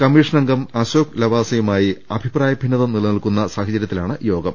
commission അംഗം അസോക് ലവാസയുമായി അഭിപ്രായ ഭിന്നത നിനിൽക്കുന്ന സാഹചര്യത്തിലാണ് യോഗം